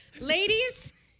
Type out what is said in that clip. Ladies